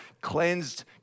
cleansed